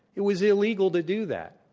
it was illegal to do that.